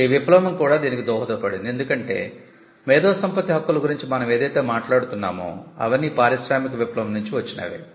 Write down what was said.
ఈ విప్లవం కూడా దీనికి దోహదపడింది ఎందుకంటే మేధో సంపత్తి హక్కుల గురించి మనం ఏదైతే మాట్లాడుతున్నామో అవన్నీ పారిశ్రామిక విప్లవం నుంచి వచ్చినవే